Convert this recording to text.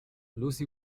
lucy